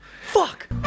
fuck